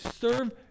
serve